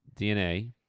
DNA